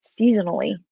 seasonally